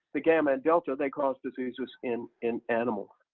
the gamma and delta, they cause diseases in in animals.